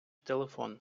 телефон